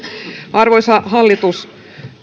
arvoisa hallitus